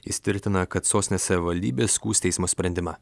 jis tvirtina kad sostinės savivaldybė skųs teismo sprendimą